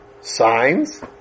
Signs